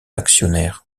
actionnaires